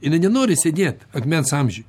jinai nenori sėdėt akmens amžiuj